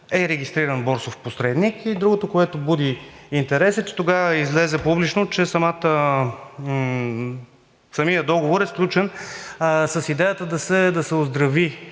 е регистриран борсов посредник. Другото, което буди интерес, е, че тогава излезе публично, че самият договор е сключен с идеята да се оздрави